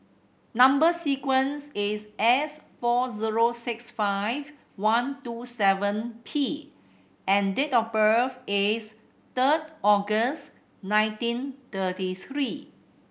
number sequence is S four zero six five one two seven P and date of birth is third August nineteen thirty three